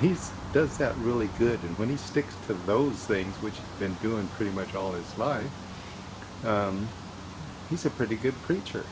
still does that really good and when he sticks to those things which been doing pretty much all his life he's a pretty good preacher